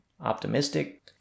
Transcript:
optimistic